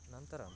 नन्तरं